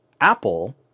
Apple